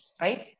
Right